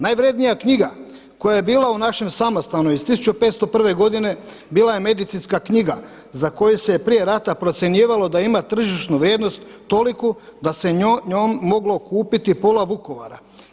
Najvrjednija knjiga koja je bila u našem samostanu iz 1501. godine bila je medicinska knjiga za koju se je prije rata procjenjivalo da ima tržišnu vrijednost toliku da se njom moglo kupiti pola Vukovara.